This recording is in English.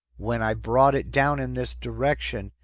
when i brought it down in this direction,